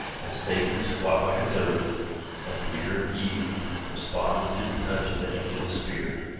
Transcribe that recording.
as satan squat like a toad at the ear of eve, responded to the touch of the angel's spear.